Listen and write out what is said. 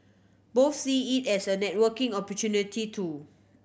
both see it as a networking opportunity too